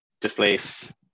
displace